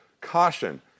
caution